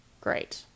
great